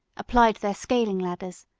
applied their scaling-ladders,